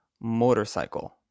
motorcycle